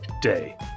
day